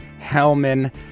hellman